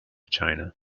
china